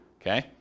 Okay